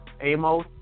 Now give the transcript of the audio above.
Amos